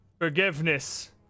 forgiveness